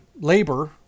labor